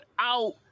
out